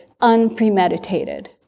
unpremeditated